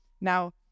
Now